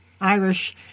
Irish